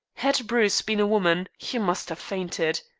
had bruce been a woman he must have fainted.